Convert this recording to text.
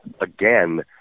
again